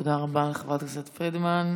תודה רבה לחברת הכנסת פרידמן.